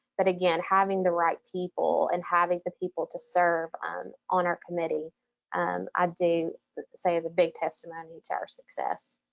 but again, having the right people and having the people to serve on our committee um i do say is a big testimony to our success.